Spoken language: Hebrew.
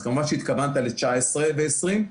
אז כמובן שהתכוונת ל-2019 ו-2020.